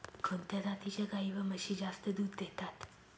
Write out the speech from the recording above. कोणत्या जातीच्या गाई व म्हशी जास्त दूध देतात?